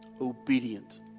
obedient